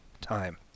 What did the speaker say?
time